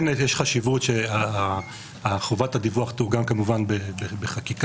כן יש חשיבות שחובת הדיווח תעוגן כמובן בחקיקה.